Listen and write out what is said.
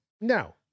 No